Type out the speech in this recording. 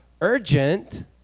urgent